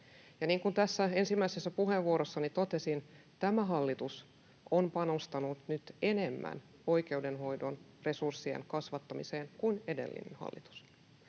tässä ensimmäisessä puheenvuorossani totesin, tämä hallitus on panostanut nyt enemmän oikeudenhoidon resurssien kasvattamiseen kuin edellinen hallitus.